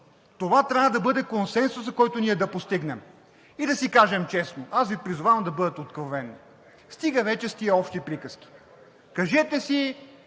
Това трябва да бъде консенсусът, който ние да постигнем. И да си кажем честно: аз ви призовавам да бъдете откровени, стига вече с тези общи приказки. Кажете си,